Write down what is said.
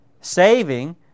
saving